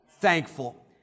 thankful